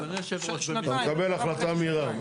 אתה מקבל החלטה מהירה.